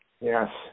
Yes